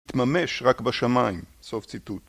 מתממש רק בשמיים. סוף ציטוט.